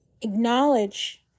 acknowledge